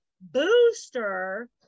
booster